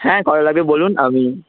হ্যাঁ কটা লাগবে বলুন আমি